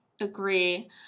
agree